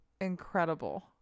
incredible